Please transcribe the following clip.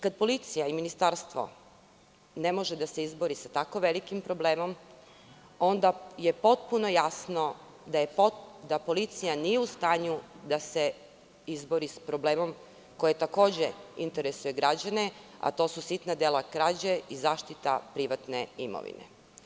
Kad policija i ministarstvo ne mogu da se izbore sa tako velikim problemom, onda je potpuno jasno da policija nije u stanju da se izbori sa problemom koji takođe interesuje građane, a to su sitna dela krađe i zaštita privatne imovine.